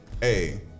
Hey